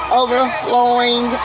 overflowing